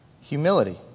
humility